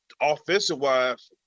offensive-wise